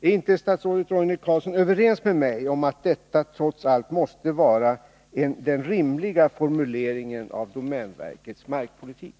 Är inte statsrådet Roine Carlsson överens med mig om att detta trots allt måste vara den rimliga formuleringen av domänverkets markpolitik?